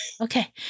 Okay